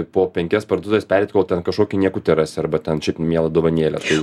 po penkias parduotuves pereit kol ten kažkokį niekutį rasi arba ten šiaip mielą dovanėlę tai